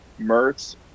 Mertz